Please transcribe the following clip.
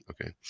Okay